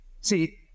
see